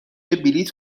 بلیط